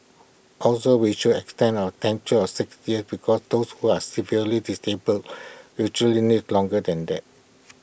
also we should extend our tenure of six years because those who are severely disabled usually need longer than that